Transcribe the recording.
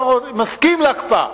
שמסכים להקפאה,